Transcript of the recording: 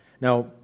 Now